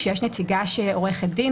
שיש נציגה שהיא עו"ד,